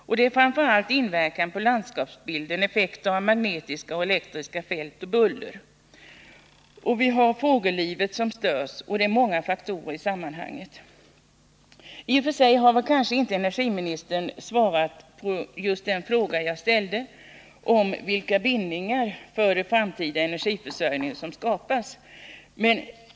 Framför allt har man pekat på inverkan på landskapsbilden, effekter av magnetiska och elektriska fält samt buller. Fågellivet störs också. Jag skulle kunna räkna upp många andra faktorer i sammanhanget. I och för sig har energiministern kanske inte svarat på just den fråga jag ställt om vilka bindningar för den framtida energiförsörjningen som skapas genom den planerade kraftledningen.